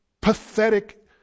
pathetic